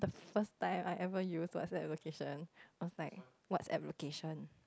first time I ever use WhatsApp location I was like WhatsApp location